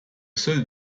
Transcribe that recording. seul